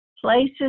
places